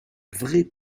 vraie